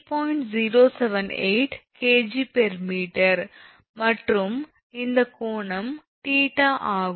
078 𝐾𝑔𝑚 மற்றும் இந்த கோணம் 𝜃 ஆகும்